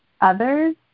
others